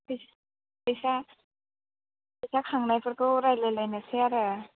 फैसा फैसा खांनायफोरखौ रायज्लायलायनोसै आरो